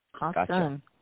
Awesome